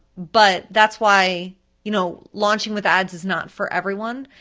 but that's why you know launching with ads is not for everyone.